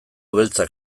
beltzak